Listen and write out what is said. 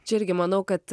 čia irgi manau kad